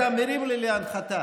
אתה מרים לי להנחתה.